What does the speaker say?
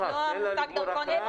לא המותג דרכון ירוק,